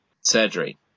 surgery